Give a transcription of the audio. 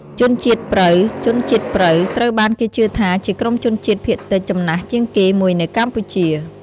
ជនជាតិព្រៅ ជនជាតិព្រៅត្រូវបានគេជឿថាជាក្រុមជនជាតិភាគតិចចំណាស់ជាងគេមួយនៅកម្ពុជា។